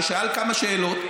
ששאל כמה שאלות,